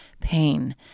pain